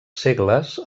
segles